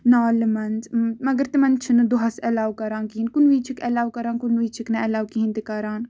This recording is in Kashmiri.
نالہِ منٛز مَگر تِمن چھُنہٕ دۄہَس ایلو کَران کِہینۍ کُنہِ وِزِ چھِکھ ایلو کران کُنہِ وِزِ چھِکھ نہٕ ایلو کران کِہینۍ تہِ